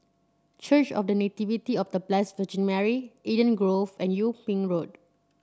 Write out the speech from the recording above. Church of The Nativity of The Blessed Virgin Mary Eden Grove and Yung Ping Road